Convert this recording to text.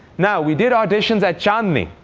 now we did auditions at chandni.